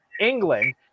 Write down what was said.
England